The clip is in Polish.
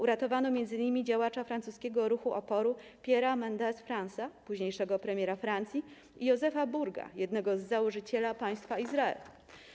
Uratowano m.in. działacza francuskiego ruchu oporu Pierre’a Mend?s-France’a, późniejszego premiera Francji, i Josefa Burga, jednego z założycieli Państwa Izrael.